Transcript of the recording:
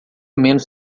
menos